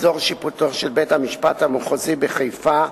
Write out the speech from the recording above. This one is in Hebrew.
אזור שיפוטו של בית-המשפט המחוזי בחיפה,